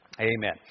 amen